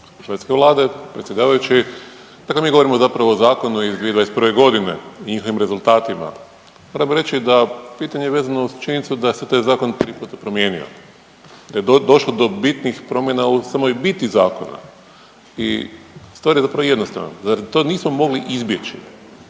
hrvatske Vlade, predsjedavajući. Dakle, mi govorimo zapravo o zakonu iz 2021.g. i njihovim rezultatima, moram reći da pitanje je vezano uz činjenicu da se taj zakon tri puta promijenio, da je došlo do bitnih promjena u samoj biti zakona i stvar je zapravo jednostavna, zar to nismo mogli izbjeći?